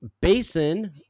Basin